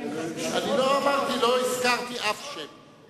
לא הזכרתי אף שם,